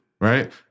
Right